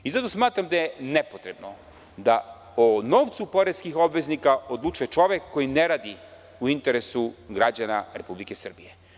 I zato smatram da je nepotrebno da o novcu poreskih obveznika odlučuje čovek koji ne radi u interesu građana Republike Srbije.